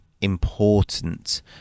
important